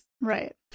right